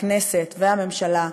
הכנסת והממשלה,